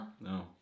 No